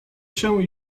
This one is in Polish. się